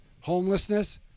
Homelessness